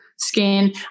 skin